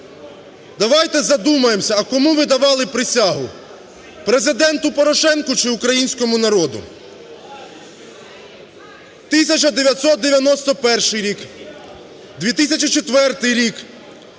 Давайте задумаємось, а кому ми давали присягу: Президенту Порошенку чи українському народу? 1991 рік, 2004 рік,